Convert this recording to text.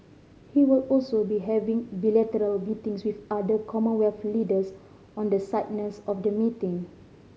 he will also be having bilateral meetings with other Commonwealth leaders on the sidelines of the meeting